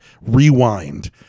Rewind